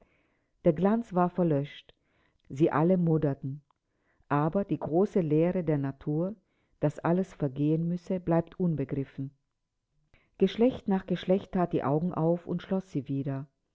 der glanz war verlöscht sie alle moderten aber die große lehre der natur daß alles vergehen müsse bleibt unbegriffen geschlecht nach geschlecht that die augen auf und schloß sie wieder